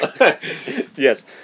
Yes